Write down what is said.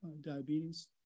diabetes